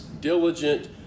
diligent